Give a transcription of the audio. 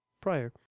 prior